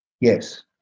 Yes